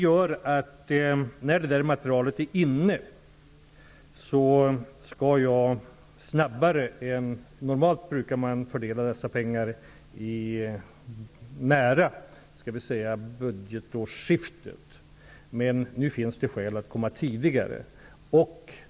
Normalt brukar dessa pengar fördelas nära budgetårsskiftet, men nu finns skäl att fördela pengarna tidigare.